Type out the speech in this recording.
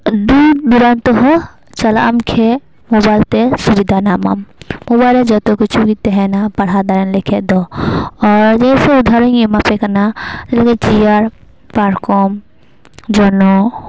ᱫᱩᱨ ᱫᱩᱨᱟᱱ ᱛᱮᱦᱚᱸ ᱪᱟᱞᱟᱜ ᱟᱢ ᱠᱮ ᱢᱳᱵᱟᱭᱤᱞ ᱛᱮ ᱥᱩᱵᱤᱫᱟ ᱱᱟᱢᱟᱢ ᱢᱳᱵᱟᱭᱤᱞ ᱨᱮ ᱡᱚᱛᱚ ᱠᱤᱪᱷᱩ ᱜᱮ ᱛᱟᱦᱮᱱᱟ ᱯᱟᱲᱦᱟᱣ ᱞᱮᱠᱷᱟᱱ ᱫᱚ ᱡᱮᱥᱮ ᱩᱫᱟᱦᱚᱨᱚᱱ ᱤᱧ ᱮᱢᱟ ᱟᱯᱮ ᱠᱟᱱᱟ ᱪᱮᱭᱟᱨ ᱯᱟᱨᱠᱚᱢ ᱡᱚᱱᱚᱜ